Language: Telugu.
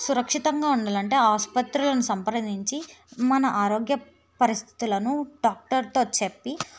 సురక్షితంగా ఉండాలంటే ఆస్పత్రులను సంప్రదించి మన ఆరోగ్య పరిస్థితులను డాక్టర్తో చెప్పి